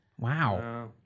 Wow